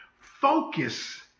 Focus